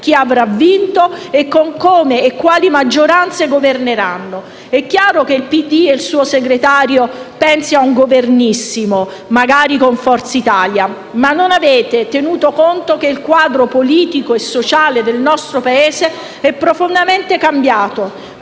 chi avrà vinto e come e quali maggioranze governeranno. È chiaro che il PD e il suo segretario pensino a un "Governissimo", magari con Forza Italia, ma non avete tenuto conto che il quadro politico e sociale del nostro Paese è profondamente cambiato.